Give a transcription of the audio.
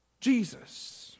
Jesus